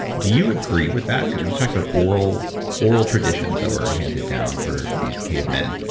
do you agree with that? because you talked about oral oral traditions that were handed down for these cavemen.